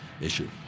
issue